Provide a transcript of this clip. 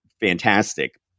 fantastic